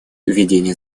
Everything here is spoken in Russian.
ведения